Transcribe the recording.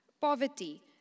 poverty